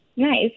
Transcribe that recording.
nice